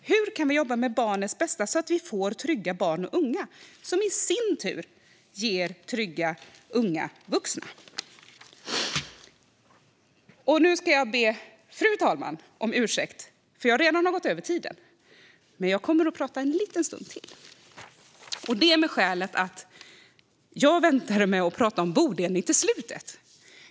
Hur kan vi jobba med barnens bästa så att vi får trygga barn och unga, vilket i sin tur ger trygga unga vuxna? Nu ska jag be fru talmannen om ursäkt, för jag har redan överskridit min talartid men kommer att prata en liten stund till. Det gör jag av det skälet att jag väntade till slutet av mitt anförande med att prata om bodelning.